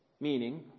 Meaning